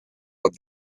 but